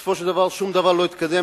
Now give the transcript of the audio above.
ובסופו של דבר שום דבר לא התקדם,